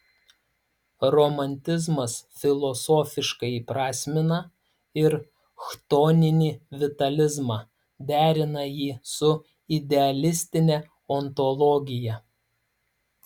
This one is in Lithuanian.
romantizmas filosofiškai įprasmina ir chtoninį vitalizmą derina jį su idealistine ontologija